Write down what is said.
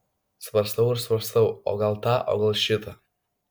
svarstau ir svarstau o gal tą o gal šitą